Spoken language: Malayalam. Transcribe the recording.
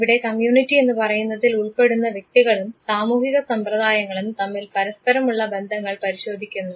ഇവിടെ കമ്മ്യൂണിറ്റി എന്നുപറയുന്നതിൽ ഉൾപ്പെടുന്ന വ്യക്തികളും സാമൂഹിക സമ്പ്രദായങ്ങളും തമ്മിൽ പരസ്പരമുള്ള ബന്ധങ്ങൾ പരിശോധിക്കുന്നു